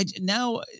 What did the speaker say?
now